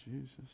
Jesus